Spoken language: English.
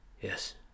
Yes